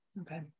Okay